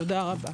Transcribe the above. תודה רבה.